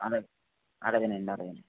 అలాగే అలాగే నండి అలాగే